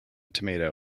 tomato